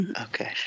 Okay